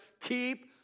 keep